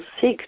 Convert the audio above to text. sick